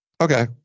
Okay